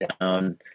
down